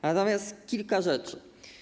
Natomiast kilka rzeczy.